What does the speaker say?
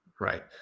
right